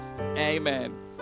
Amen